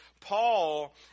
Paul